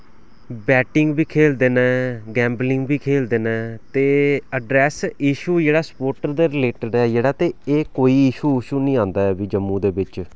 batting बी खेलदे न गैंबलिंग बी खेलदे न ते अड्रैस इशू जेह्ड़ा सुप्पोटेर दे रिलेटेड ऐ जेह्ड़ा ते एह् कोई इशू उशू नि आंदा ऐ जम्मू दे बिच